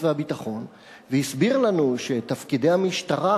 והביטחון והסביר לנו שתפקידי המשטרה